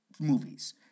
movies